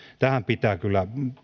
tähän pitää kyllä